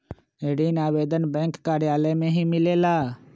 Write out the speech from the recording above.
ऋण आवेदन बैंक कार्यालय मे ही मिलेला?